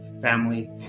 family